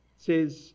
says